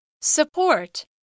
Support